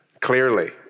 clearly